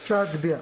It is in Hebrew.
ראשית,